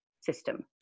system